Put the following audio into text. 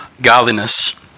godliness